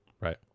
Right